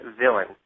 villain